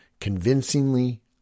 convincingly